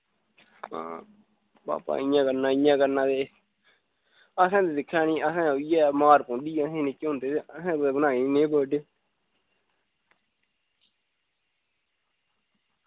हां पापा इ'य्यां करना इ'य्यां करना ते असैं दिक्खी लैनी असैं उऐ मार पौंदी असें निक्के होंदे ते असैं कुतै बनाए नी बर्थडे